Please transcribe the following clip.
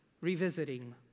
revisiting